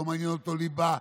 לא מעניין אותו ליבה,